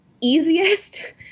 easiest